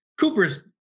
Cooper's